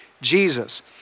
Jesus